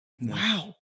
Wow